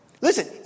listen